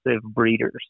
breeders